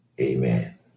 Amen